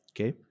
Okay